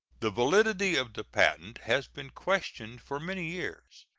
the validity of the patent has been questioned for many years,